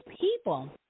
people